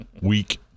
week